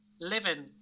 living